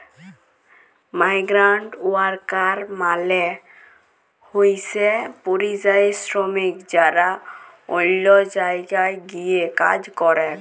migrant worker মালে হইসে পরিযায়ী শ্রমিক যারা অল্য জায়গায় গিয়ে কাজ করেক